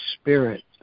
spirit